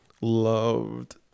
loved